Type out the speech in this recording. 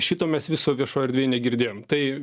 šito mes viso viešoj erdvėj negirdėjom tai